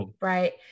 right